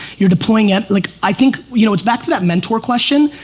you're deploying it like, i think you know it's back to that mentor question.